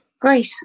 Great